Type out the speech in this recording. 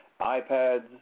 iPads